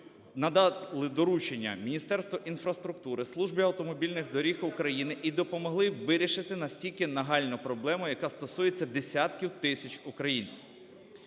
надали доручення Міністерству інфраструктури, Службі автомобільних доріг України і допомогли б вирішити настільки нагальну проблему, яка стосується десятків тисяч українців.